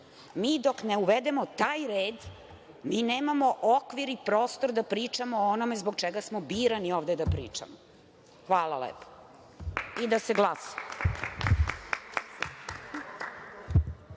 Mi dok ne uvedemo taj red, mi nemamo okvir i prostor pričamo o onome zbog čega smo birani ovde da pričamo. Hvala lepo. Neka se glasa.